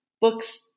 books